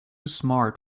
smart